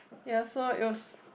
ya so it was